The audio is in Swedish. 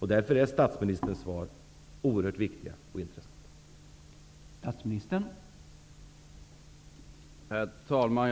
Därför är statsministerns svar oerhört viktiga och intressanta.